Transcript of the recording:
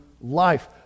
life